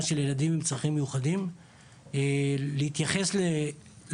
של ילדים עם צרכים מיוחדים להתייחס למורכבות